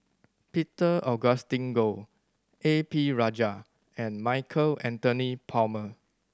Peter Augustine Goh A P Rajah and Michael Anthony Palmer